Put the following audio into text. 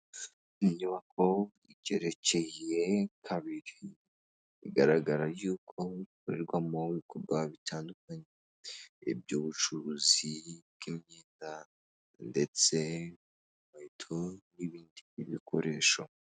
Inyubako igerekeye kabiri, bigaragara yuko bikorerwa mu bikorwa bitandukanye, iby'ubucuruzi bw'imyenda ndetse n'inkweto n'ibindi bikoresho.